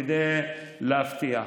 כדי להפתיע,